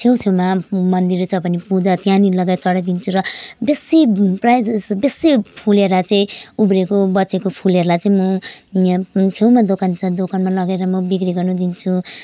छेउ छेउमा मन्दिरहरू छ भने पूजा त्यहाँ पनि लगेर चढाइदिन्छु र बेसी प्रायः जस्तो बेसी फुलेर चाहिँ उब्रेको बाँचेको फुलहरूलाई चाहिँ म यहाँ छेउमा दोकान छ दोकानमा म लगेर बिक्री गर्नु दिन्छु